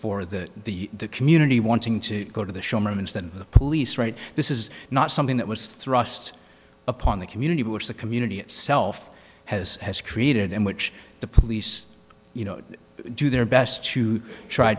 for the the community wanting to go to the showmance than the police right this is not something that was thrust upon the community which the community itself has has created in which the police you know do their best to try